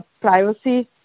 privacy